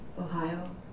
Ohio